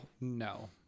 No